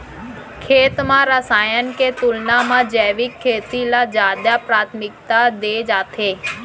खेत मा रसायन के तुलना मा जैविक खेती ला जादा प्राथमिकता दे जाथे